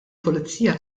pulizija